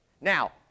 Now